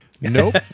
Nope